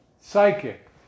psychic